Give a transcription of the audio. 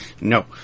no